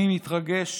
אני מתרגש